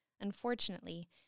Unfortunately